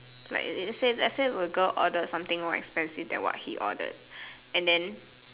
like let's say let's say the girl ordered something more expensive than what he ordered and then